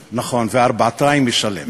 שעריצות הרוב מנצלת את הכוח שלה,